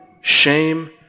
shame